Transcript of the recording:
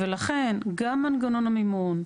ולכן גם מנגנון המימון,